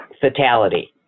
fatality